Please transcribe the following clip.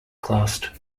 classed